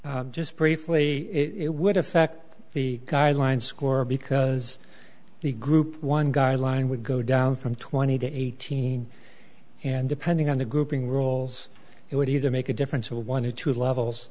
you just briefly it would affect the guideline score because the group one guideline would go down from twenty to eighteen and depending on the grouping rules it would either make a difference a one to two levels